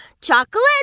chocolate